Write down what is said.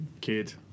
kid